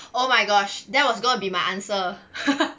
oh my gosh that was going to be my answer